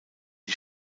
die